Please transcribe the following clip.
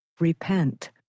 Repent